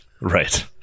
Right